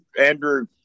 Andrew